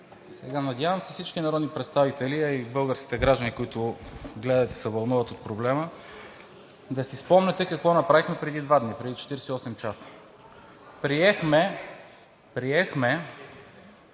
Надявам се всички народни представители, а и българските граждани, които гледат и се вълнуват от проблема, да си спомнят какво направихме преди два дни, преди 48 часа – приехме